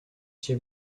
cię